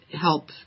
help